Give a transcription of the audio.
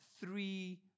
three